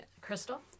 Crystal